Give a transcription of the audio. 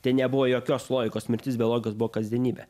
ten nebuvo jokios logikos mirtis be logikos buvo kasdienybė